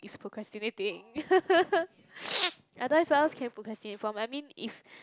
is procrastinating otherwise what else can you procrastinate from I mean if